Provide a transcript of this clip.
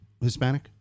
Hispanic